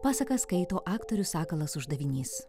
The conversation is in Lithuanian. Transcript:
pasaką skaito aktorius sakalas uždavinys